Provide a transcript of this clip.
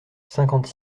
cinquante